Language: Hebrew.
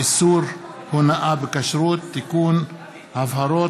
העיסוק באופטומטריה (תיקון מס' 3)